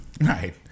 Right